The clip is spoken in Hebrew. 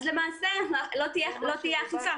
אז למעשה לא תהיה אכיפה.